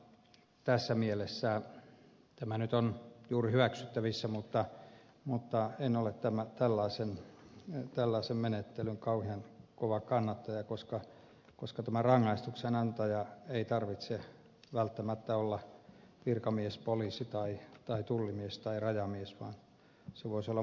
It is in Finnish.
tässä mielessä tämä nyt on juuri hyväksyttävissä mutta en ole tällaisen menettelyn kauhean kova kannattaja koska tämän rangaistuksen antajan ei tarvitse välttämättä olla virkamies poliisi tai tullimies tai rajamies vaan se voisi olla muualla